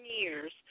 years